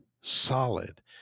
solid